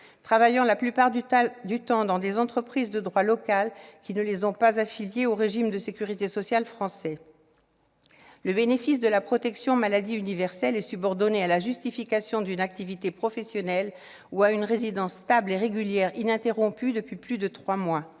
avoir la plupart du temps travaillé dans des entreprises de droit local qui ne les ont pas affiliés au régime de sécurité sociale français. Le bénéfice de la protection maladie universelle est subordonné à la justification d'une activité professionnelle ou à une résidence stable et régulière ininterrompue depuis plus de trois mois.